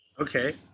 Okay